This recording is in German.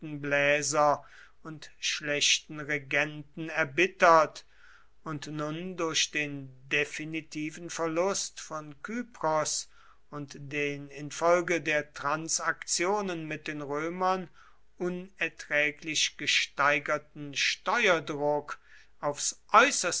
flötenbläser und schlechten regenten erbittert und nun durch den definitiven verlust von kypros und den infolge der transaktionen mit den römern unerträglich gesteigerten steuerdruck aufs